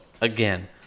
Again